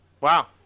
Wow